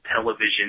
television